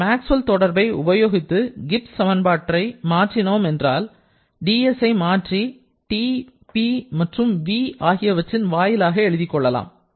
இந்த மேக்ஸ்வெல் தொடர்பை உபயோகித்து கிப்ஸ் சமன்பாட்டை மாற்றினோம் என்றால் ds ஐ மாற்றி T P மற்றும் v ஆகியவற்றின் வாயிலாக எழுதிக் கொள்ளலாம்